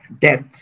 death